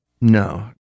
No